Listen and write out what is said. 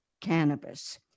cannabis